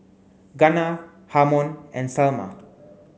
Gunnar Harmon and Salma